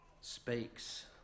speaks